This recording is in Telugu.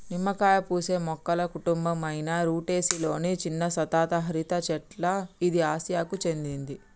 నిమ్మకాయ పూసే మొక్కల కుటుంబం అయిన రుటెసి లొని చిన్న సతత హరిత చెట్ల ఇది ఆసియాకు చెందింది